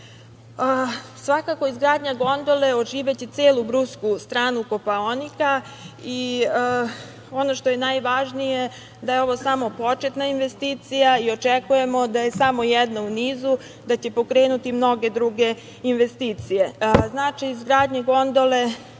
će izgradnja gondole oživeti celu brusku stranu Kopaonika i ono što je najvažnije jeste da je ovo samo početna investicija i očekujemo da je samo jedna u nizu, da će pokrenuti mnoge druge investicije. Značaj izgradnje gondole